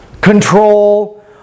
control